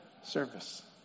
service